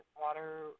Water